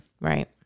Right